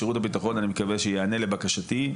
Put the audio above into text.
ושירות הביטחון אני מקווה שיענה לבקשתי,